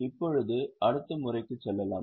இப்போது அடுத்த முறைக்கு செல்லலாம்